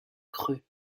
creux